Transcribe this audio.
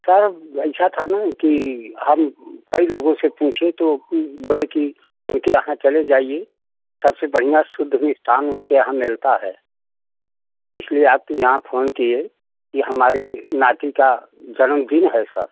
sir ऐसा था न कि हम कई लोगों से पूछे तो बोले कि उनके यहाँ चले जाइए सबसे बढ़िया शुद्ध मिष्ठान उनके यहाँ मिलता है इसलिए आपके यहाँ फोन किए कि हमारे नाती का जनम दिन है सर